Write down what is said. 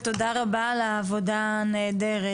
ותודה רבה על העבודה הנהדרת,